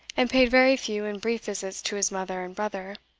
and paid very few and brief visits to his mother and brother